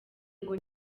ngo